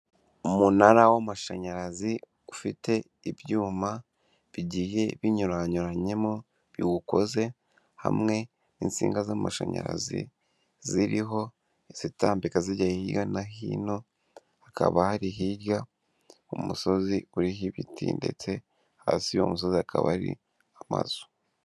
Umunara w'amashanyarazi ufite ibyuma bigiye binyuranyuranyemo biwukoze, hamwe n'insinga z'amashanyarazi ziriho izitambika zijya hirya no hino, hakaba hari hirya umusozi uriho ibiti ndetse hasi y'uwo musozi akaba ari amazu.